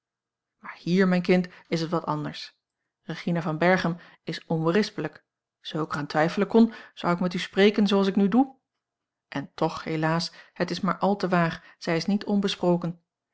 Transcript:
maar hier mijn kind is het wat anders regina van berchem is onberispelijk zoo ik er aan twijfelen kon zou ik met u spreken zooals ik nu doe en toch helaas het is maar al te waar zij is niet onbesproken